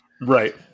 Right